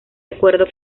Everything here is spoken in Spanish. acuerdo